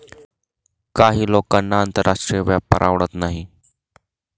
काही लोकांना आंतरराष्ट्रीय व्यापार आवडत नाही